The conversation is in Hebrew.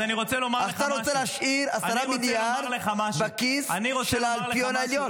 אתה רוצה להשאיר 10 מיליארד בכיס של האלפיון העליון.